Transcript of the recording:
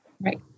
Right